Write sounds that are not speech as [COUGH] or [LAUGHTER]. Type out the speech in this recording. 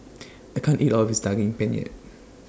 [NOISE] I can't eat All of This Daging Penyet